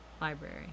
library